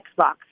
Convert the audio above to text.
Xbox